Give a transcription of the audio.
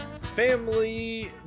Family